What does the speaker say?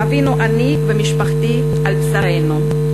חווינו אני ומשפחתי על בשרנו.